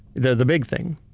the the big thing,